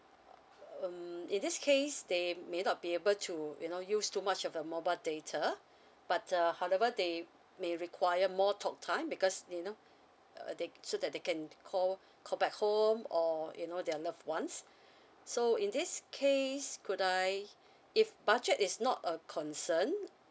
um in this case they may not be able to you know use too much of the mobile data but uh however they may require more talk time because you know uh they so that they can call call back home or you know their loved ones so in this case could I if budget is not a concern